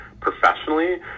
professionally